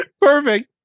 Perfect